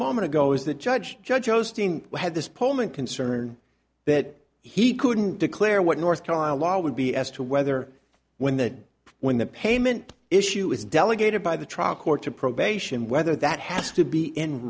moment ago is that judge judge jostein had this problem and concern that he couldn't declare what north carolina law would be as to whether when the when the payment issue is delegated by the trial court to probation whether that has to be in